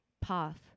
path